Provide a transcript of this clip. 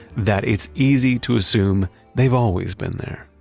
that it's easy to assume they've always been there.